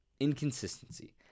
inconsistency